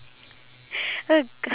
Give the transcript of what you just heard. we've got